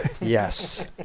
Yes